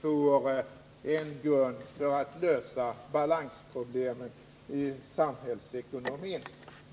får en grund för att lösa balansproblemen i samhällsekonomin.